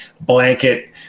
blanket